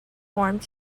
formed